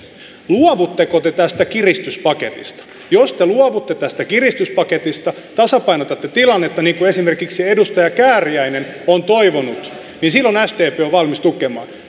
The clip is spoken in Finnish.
luovutteko te tästä kiristyspaketista jos te luovutte tästä kiristyspaketista tasapainotatte tilannetta niin kuin esimerkiksi edustaja kääriäinen on toivonut niin silloin sdp on valmis tukemaan